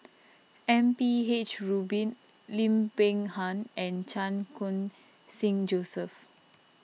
M P H Rubin Lim Peng Han and Chan Khun Sing Joseph